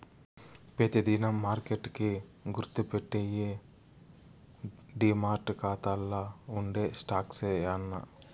పెతి దినం మార్కెట్ కి గుర్తుపెట్టేయ్యి డీమార్ట్ కాతాల్ల ఉండే స్టాక్సే యాన్నా